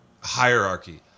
hierarchy